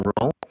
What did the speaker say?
role